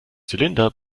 zylinder